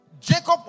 Jacob